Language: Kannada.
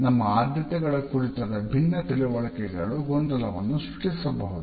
ನಮ್ಮ ಆದ್ಯತೆಗಳ ಕುರಿತಾದ ಭಿನ್ನ ತಿಳುವಳಿಕೆಗಳು ಗೊಂದಲವನ್ನು ಸೃಷ್ಟಿಸಬಹುದು